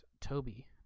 Toby